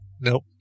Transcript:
Nope